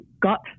got